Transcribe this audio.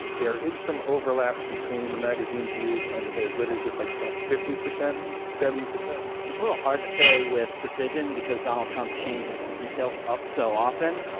there is some overlap between the magazine's views and his. what is it? like about ah fifty percent, seventy percent? it's a little hard to say with precision, because donald trump changes the details up so often.